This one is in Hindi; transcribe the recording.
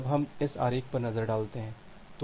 अब हम इस आरेख पर नज़र डालते हैं